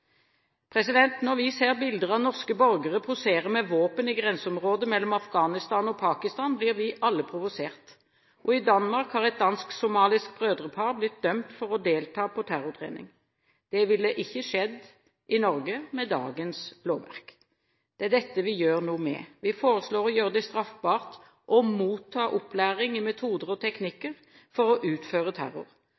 Når vi ser bilder av norske borgere posere med våpen i grenseområdet mellom Afghanistan og Pakistan, blir vi alle provosert. I Danmark har et dansk-somalisk brødrepar blitt dømt for å delta på terrortrening. Det ville ikke skjedd i Norge med dagens lovverk. Det er dette vi gjør noe med. Vi foreslår å gjøre det straffbart å motta opplæring i metoder og